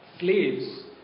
Slaves